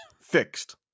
fixed